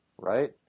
right